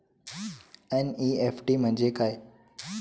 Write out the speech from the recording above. NEFT म्हणजे काय?